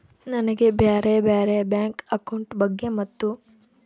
ನನಗೆ ಬ್ಯಾರೆ ಬ್ಯಾರೆ ಬ್ಯಾಂಕ್ ಅಕೌಂಟ್ ಬಗ್ಗೆ ಮತ್ತು?